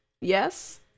Yes